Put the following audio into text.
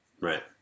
right